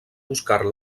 buscar